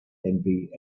envy